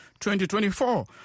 2024